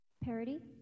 Parody